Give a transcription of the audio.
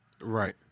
right